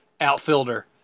outfielder